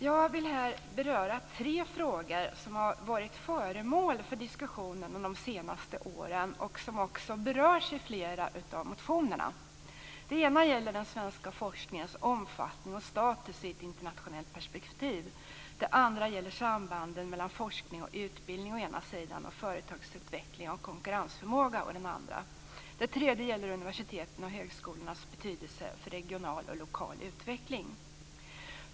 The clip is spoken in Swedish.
Jag vill här beröra tre frågor som har varit föremål för diskussion under de senaste åren och som också berörs i flera av motionerna. Den ena gäller den svenska forskningens omfattning och status i ett internationellt perspektiv. Den andra gäller sambanden mellan forskning och utbildning å ena sidan och företagsutveckling och konkurrensförmåga å den andra. Den tredje gäller universitetens och högskolornas betydelse för regional och lokal utveckling.